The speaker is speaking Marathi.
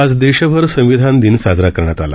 आज देशभर संविधान दिन साजरा करण्यात आला